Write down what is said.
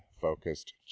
focused